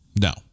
No